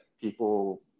people